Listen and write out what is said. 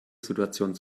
situation